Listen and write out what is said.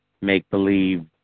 Make-believe